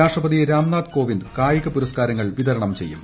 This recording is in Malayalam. രാഷ്ട്രപതി രാംനാഥ് കോവിന്ദ് കായിക പുരസ്കാരങ്ങൾ വിതരണം ചെയ്യും